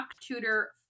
tutor